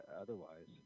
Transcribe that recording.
otherwise